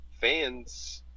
fans